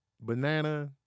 banana